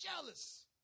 jealous